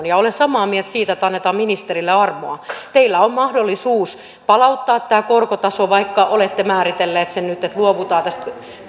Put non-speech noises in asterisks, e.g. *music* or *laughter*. *unintelligible* ja olen samaa mieltä siitä että annetaan ministerille armoa teillä on mahdollisuus palauttaa tämä korkotaso vaikka olette määritellyt nyt että luovutaan tästä